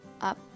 Up